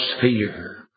fear